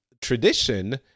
tradition